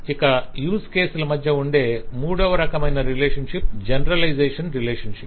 ఇక యూజ్ కేస్ల మధ్య ఉండే మూడవ రకమైన రిలేషన్షిప్ జనరలైజేషన్ రిలేషన్షిప్